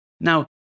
Now